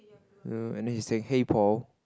uh and then he saying hey Paul